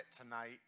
tonight